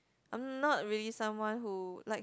I'm not really someone who likes